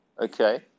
Okay